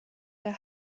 der